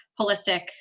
holistic